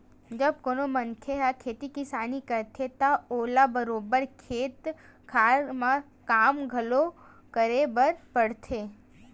जब कोनो मनखे ह खेती किसानी करथे त ओला बरोबर खेत खार म काम घलो करे बर परथे